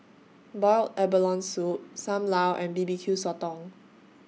boiled abalone Soup SAM Lau and B B Q Sotong